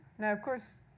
now of course,